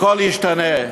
הכול ישתנה: